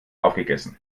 aufgegessen